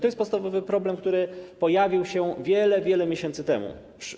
To jest podstawowy problem, który pojawił się wiele, wiele miesięcy temu.